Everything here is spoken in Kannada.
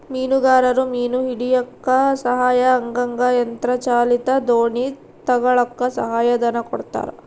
ಮೀನುಗಾರರು ಮೀನು ಹಿಡಿಯಕ್ಕ ಸಹಾಯ ಆಗಂಗ ಯಂತ್ರ ಚಾಲಿತ ದೋಣಿ ತಗಳಕ್ಕ ಸಹಾಯ ಧನ ಕೊಡ್ತಾರ